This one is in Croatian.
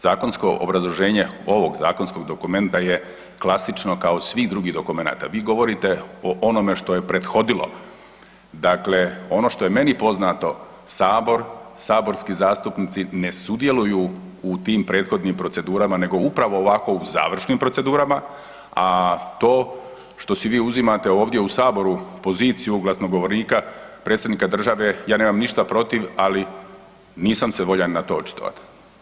Zakonsko obrazloženje ovog zakonskog dokumenta je klasično kao svih drugih dokumenata, vi govorite o onome što je prethodilo dakle, ono što je meni poznato, Sabor, saborski zastupnici ne sudjeluju u tim prethodnim procedurama nego upravo ovako u završnim procedurama a to što si vi uzimate ovdje u Saboru poziciju glasnogovornika, Predsjednika države, ja nemam ništa protiv ali nisam se voljan na to očitovati.